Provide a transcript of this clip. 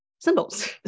symbols